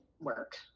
work